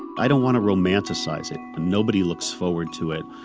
i don't want to romanticize it. nobody looks forward to it.